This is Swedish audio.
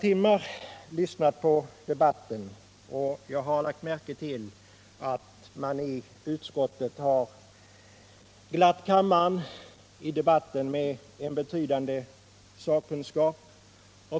Jag har lyssnat på debatten i nära fyra timmar, och jag har lagt märke till att utskottet i debatten glatt kammaren med en betydande sakkunskap.